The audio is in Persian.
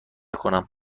کنم